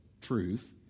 truth